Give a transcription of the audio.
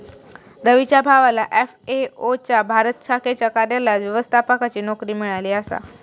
रवीच्या भावाला एफ.ए.ओ च्या भारत शाखेच्या कार्यालयात व्यवस्थापकाची नोकरी मिळाली आसा